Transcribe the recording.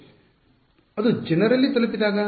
ವಿದ್ಯಾರ್ಥಿ ಅದು ಜನರಲ್ಲಿ ತಲುಪಿದಾಗ